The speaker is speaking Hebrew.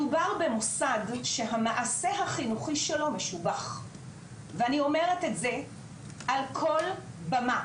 מדובר במוסד שהמעשה החינוך שלו משובח ואני אומרת את זה על כל במה